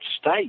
state